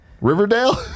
Riverdale